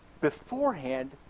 beforehand